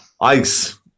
Ice